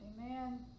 Amen